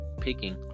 picking